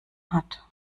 hat